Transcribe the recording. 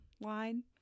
line